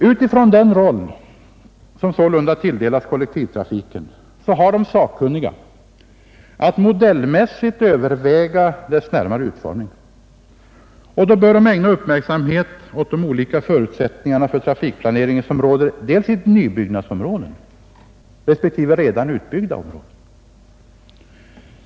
Utifrån den roll som sålunda tilldelas kollektivtrafiken har de sakkunniga att modellmässigt överväga dess närmare utformning, och då bör de ägna uppmärksamhet åt de olika förutsättningar för trafikplanering som råder dels i nybyggnadsområden, dels i redan utbyggda områden.